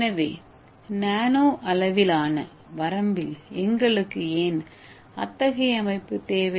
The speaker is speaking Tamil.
எனவே நானோ அளவிலான வரம்பில் எங்களுக்கு ஏன் அத்தகைய அமைப்பு தேவை